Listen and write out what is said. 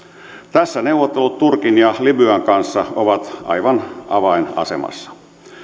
tässä neuvottelut turkin ja libyan kanssa ovat aivan avainasemassa